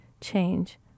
change